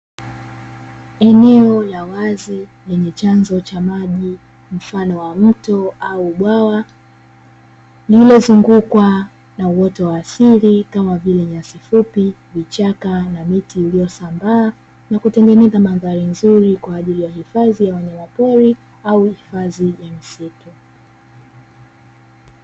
Eneo la wazi lenye chanzo cha maji mfano wa mto au bwawa lililozungukwa na uoto wa asili kama vile nyasi fupi, vichaka na miti iliyosambaa na kutengeneza mandhari nzuri kwa ajili ya hifadhi ya wanyama pori au hifadhi ya misitu.